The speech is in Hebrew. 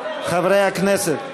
חברי הכנסת,